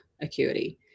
acuity